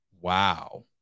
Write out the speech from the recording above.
Wow